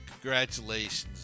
Congratulations